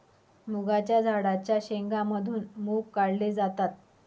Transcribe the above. मुगाच्या झाडाच्या शेंगा मधून मुग काढले जातात